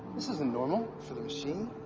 this isn't normal. for the machine?